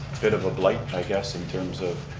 bit of a blight i guess in terms of